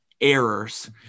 errors